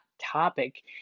topic